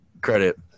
credit